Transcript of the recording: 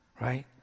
right